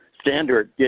standard